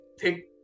thick